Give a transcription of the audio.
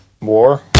war